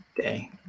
day